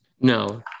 No